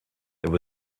there